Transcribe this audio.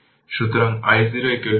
সুতরাং τ half second